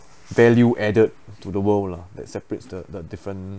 value added to the world lah that separates the the different